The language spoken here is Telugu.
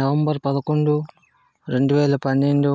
నవంబర్ పదకొండు రెండు వేల పన్నెండు